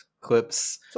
clips